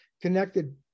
connected